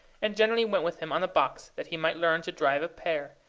and generally went with him on the box that he might learn to drive a pair,